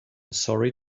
sorry